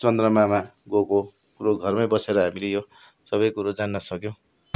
चन्द्रमामा गएको कुरो घरमै बसेर हामीले यो सबै कुरो जान्न सक्यौँ